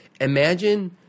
imagine